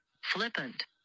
flippant